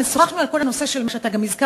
שוחחנו על כל הנושא של מה שגם אתה הזכרת,